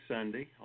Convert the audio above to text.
Sunday